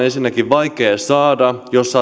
ensinnäkin vaikea saada jos